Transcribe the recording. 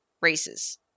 races